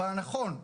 אבל הנכון,